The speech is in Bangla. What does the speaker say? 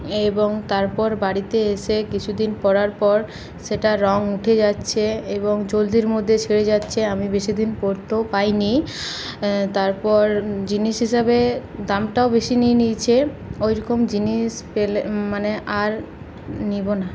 এবং তারপর বাড়িতে এসে কিছুদিন পরার পর সেটার রঙ উঠে যাচ্ছে এবং জলদির মধ্যে ছেড়ে যাচ্ছে আমি বেশিদিন পরতেও পাইনি তারপর জিনিস হিসাবে দামটাও বেশি নিয়ে নিয়েছে ওইরকম জিনিস পেলে মানে আর নিবো না